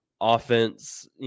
offense